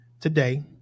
today